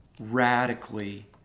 radically